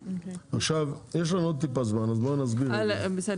עכשיו יש לנו עוד טיפה זמן אז בואי נסביר בדיוק.